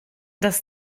das